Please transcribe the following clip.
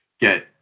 get